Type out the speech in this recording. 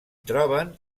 troben